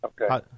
Okay